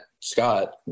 Scott